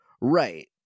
Right